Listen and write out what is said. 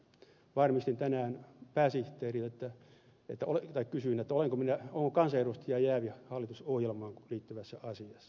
kysyin tänään pääsihteeriltä onko kansanedustaja jäävi hallitusohjelmaan liittyvässä asiassa